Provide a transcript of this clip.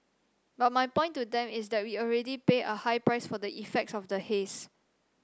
but my point to them is that we already pay a high price for the effects of the haze